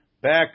back